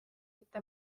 ette